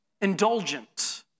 indulgent